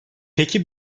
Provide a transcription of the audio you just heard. peki